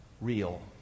real